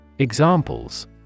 Examples